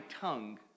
tongue